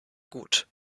gut